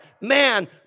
man